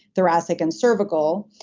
thoracic and cervical.